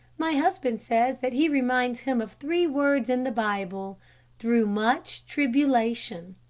my husband says that he reminds him of three words in the bible through much tribulation